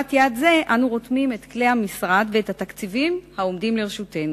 לטובת יעד זה אנו רותמים את כלי המשרד ואת התקציבים העומדים לרשותנו.